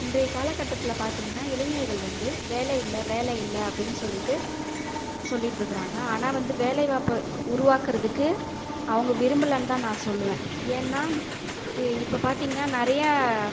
இன்றைய காலகட்டத்தில் பார்த்தீங்கன்னா இளைஞர்கள் வந்து வேலை இல்லை வேலை இல்லை அப்படினு சொல்லிவிட்டு சொல்லிட்டுருக்காங்க ஆனால் வேலைவாய்ப்பு உருவாக்கிறத்துக்கு அவங்க விரும்பலைன்னு தான் நான் சொல்வேன் ஏன்னா இப்ப பார்த்தீங்கன்னா நிறையா